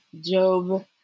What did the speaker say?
Job